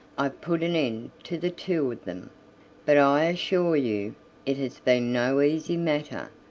i've put an end to the two of them but i assure you it has been no easy matter,